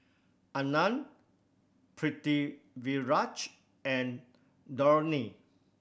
Anand Pritiviraj and Dhoni